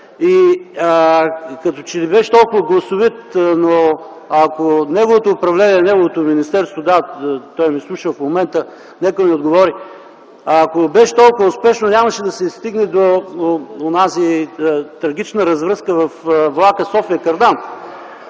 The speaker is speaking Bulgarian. и като че ли беше толкова гласовит. Но ако неговото управление, неговото министерство дават... Той ме слуша в момента, нека ми отговори. Ако беше толкова успешно, нямаше да се стигне до онази трагична развръзка във влака София–Кардам